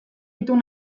itun